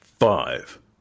Five